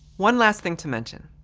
one last thing to mention.